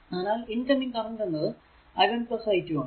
അതിനാൽ incoming current എന്നത് i 1 i2 ആണ്